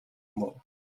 morts